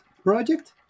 project